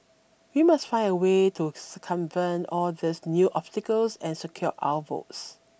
we must find a way to circumvent all these new obstacles and secure our votes